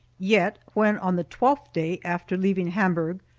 yet, when, on the twelfth day after leaving hamburg,